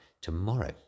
tomorrow